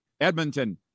Edmonton